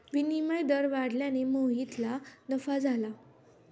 विनिमय दर वाढल्याने मोहितला नफा झाला